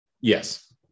Yes